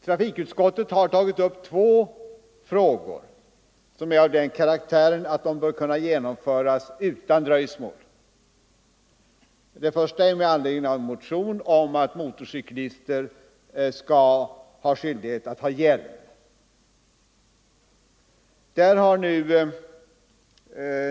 Trafikutskottet har tagit upp två förslag som är av den karaktären att de bör kunna genomföras utan dröjsmål. I en motion föreslås att motorcyklister skall ha skyldighet att använda hjälm.